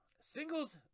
Singles